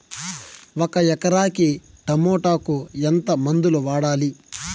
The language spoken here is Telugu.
ఒక ఎకరాకి టమోటా కు ఎంత మందులు వాడాలి?